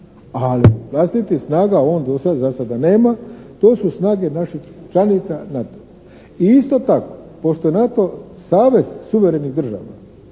Ali vlastitih snaga on do sad, zasada nema. To su snage naših članica NATO-a. I isto tako pošto je NATO savez suverenih država,